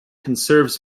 conserves